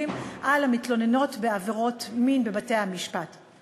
על המתלוננות בבתי-המשפט על עבירות מין.